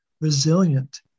resilient